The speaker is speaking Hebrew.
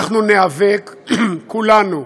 אנחנו ניאבק, כולנו,